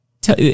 tell